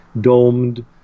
domed